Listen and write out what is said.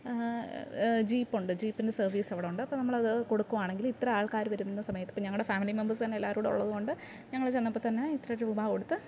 ജീപ്പുണ്ട് ജീപ്പിൻ്റെ സർവീസ് അവിടെ ഉണ്ട് അപ്പോൾ നമ്മളത് കൊടുക്കുവാണെങ്കിൽ ഇത്ര ആൾക്കാര് വരുന്ന സമയത്ത് ഇപ്പോൾ ഞ്ഞങ്ങളുടെ ഫാമിലീ മെമ്പേഴ്സ് തന്നെ എല്ലാവരും ഉള്ളതുകൊണ്ട് ഞങ്ങള് ചെന്നപ്പോൾ തന്നെ ഇത്ര രൂപാ കൊടുത്ത്